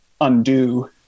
undo